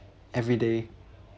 everyday